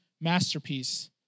masterpiece